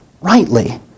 rightly